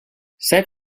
set